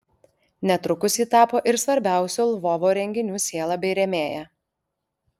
netrukus ji tapo ir svarbiausių lvovo renginių siela bei rėmėja